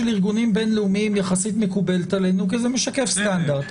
ארגונים בין-לאומיים יחסית מקובלת עלינו כי זה משקף סטנדרט.